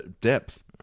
depth